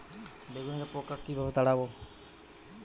বেগুনের পোকা কিভাবে তাড়াব?